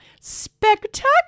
spectacular